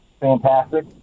fantastic